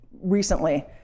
recently